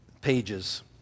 pages